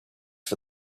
for